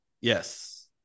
yes